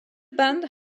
band